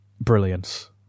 brilliance